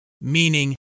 meaning